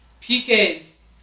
PKs